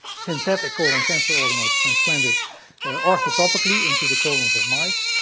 synthetic colon cancer organoids transplanted orthotopically into the colons of mice.